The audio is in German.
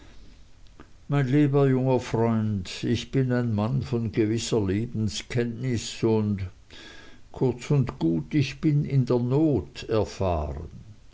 mein lieber junger freund ich bin ein mann von gewisser lebenskenntnis und kurz und gut ich bin in der not erfahren